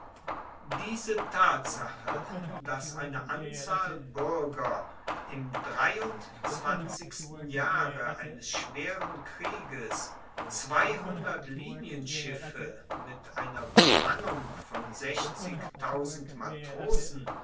diese tatsache dass eine anzahl buerger im dreiundzwanzigsten jahre eines schweren krieges zweihundert linienschiffe mit einer bemannung von matrosen